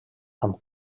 amb